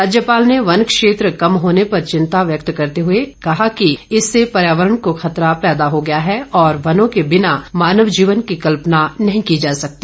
राज्यपाल ने वन क्षेत्र कम होने पर चिंता व्यक्त करते हुए कहा कि इससे पर्यावरण को खतरा पैदा हो गया है और वनों के बिना मानव जीवन की कल्पना नहीं की जा सकती